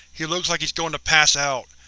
he looks like he's going to pass out.